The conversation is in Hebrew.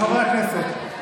חברי הכנסת,